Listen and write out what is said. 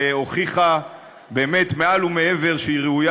והיא והוכיחה באמת מעל ומעבר שהיא ראויה